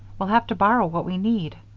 we'll have to borrow what we need.